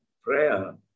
prayer